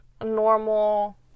normal